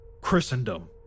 Christendom